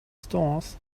stalls